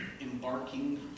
embarking